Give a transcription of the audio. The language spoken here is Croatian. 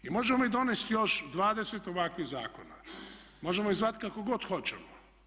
I možemo mi donesti još 20 ovakvih zakona, možemo ih zvati kako god hoćemo.